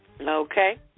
Okay